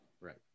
Right